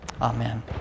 Amen